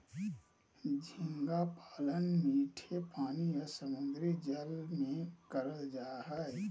झींगा पालन मीठे पानी या समुंद्री जल में करल जा हय